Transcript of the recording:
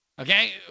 okay